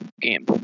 game